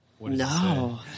No